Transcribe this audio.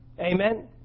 Amen